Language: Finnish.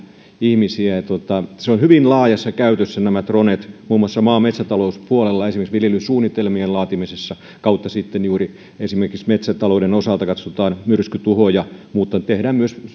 ihmisiä nämä dronet ovat hyvin laajassa käytössä muun muassa maa ja metsätalouspuolella esimerkiksi viljelyn suunnitelmien laatimisessa ja sitten juuri esimerkiksi metsätalouden osalta katsotaan myrskytuhoja mutta tehdään myös